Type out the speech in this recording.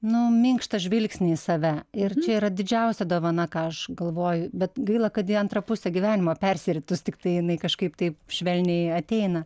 nu minkštą žvilgsnį į save ir čia yra didžiausia dovana ką aš galvoju bet gaila kad į antrą pusę gyvenimo persiritus tiktai jinai kažkaip taip švelniai ateina